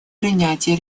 принятие